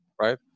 right